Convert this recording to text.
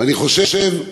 אני חושב,